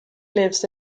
lives